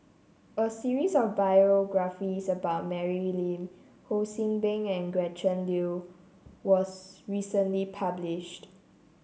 a series of biographies about Mary Lim Ho See Bing and Gretchen Liu was recently published